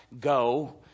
go